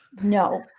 No